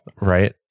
Right